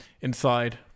Inside